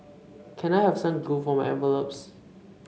can I have some glue for my envelopes